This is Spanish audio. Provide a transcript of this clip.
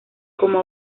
como